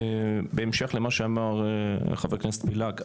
בהמשך למה שאמר חבר הכנסת בליאק,